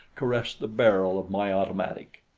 caressed the barrel of my automatic.